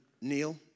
Neil